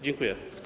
Dziękuję.